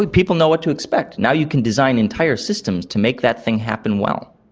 people know what to expect. now you can design entire systems to make that thing happen well.